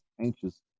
anxious